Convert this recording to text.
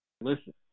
Listen